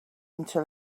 until